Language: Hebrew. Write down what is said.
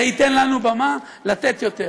זה ייתן לנו במה לתת יותר.